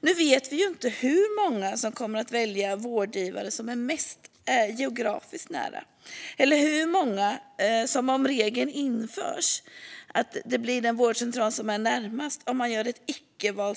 Nu vet vi inte hur många som kommer att välja den vårdgivare som är geografiskt närmast eller hur många som, om regeln införs, kommer att få den vårdcentral som är närmast om man gör ett icke-val.